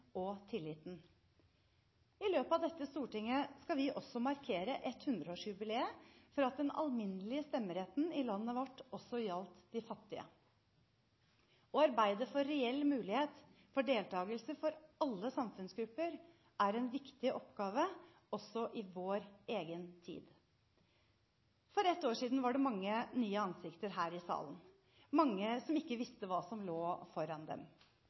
og tilliten. I løpet av dette stortinget skal vi også markere 100-årsjubileet for at den alminnelige stemmeretten i landet vårt også skulle gjelde de fattige. Å arbeide for en reell mulighet for deltakelse for alle samfunnsgrupper er en viktig oppgave også i vår egen tid. For ett år siden var det mange nye ansikter her i salen – mange som ikke visste hva som lå foran dem.